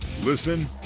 Listen